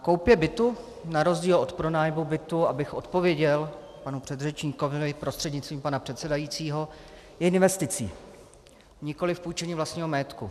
Koupě bytu na rozdíl od pronájmu bytu, abych odpověděl panu předřečníkovi prostřednictvím pana předsedajícího, je investicí, nikoli půjčení vlastního majetku.